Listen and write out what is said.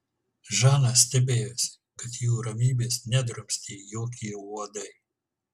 žana stebėjosi kad jų ramybės nedrumstė jokie uodai